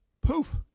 poof